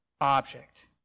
object